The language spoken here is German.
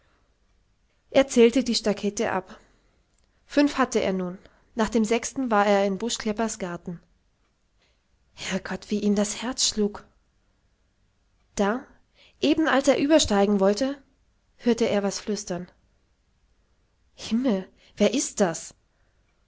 zählte die stackete ab fünf hatte er nun nach dem sechsten war er in buschkleppers garten herrgott wie ihm das herz schlug da eben als er übersteigen wollte hörte er was flüstern himmel wer ist das